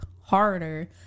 harder